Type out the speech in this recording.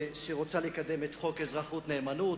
שרוצה לקדם את חוק אזרחות-נאמנות,